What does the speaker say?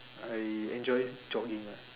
I enjoy jogging lah